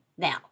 Now